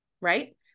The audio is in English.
right